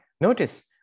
Notice